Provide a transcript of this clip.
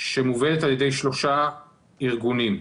שמובלת על ידי שלושה ארגונים,